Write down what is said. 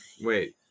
Wait